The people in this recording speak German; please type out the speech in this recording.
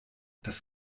das